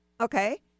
Okay